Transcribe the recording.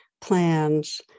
plans